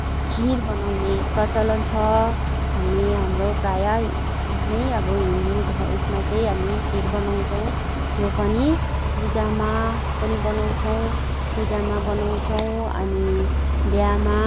खिर बनाउने प्रचलन छ हामी हाम्रो प्राय नै अब हिन्दू उयसमा चाहिँ हामी खिर बनाउँछौँ यो पनि पुजामा पनि बनाउँछौँ पुजामा बनाउँछौँ अनि बिहामा